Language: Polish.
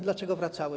Dlaczego wracały?